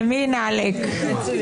הישיבה ננעלה בשעה